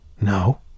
No